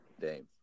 Dame